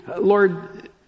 Lord